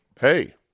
hey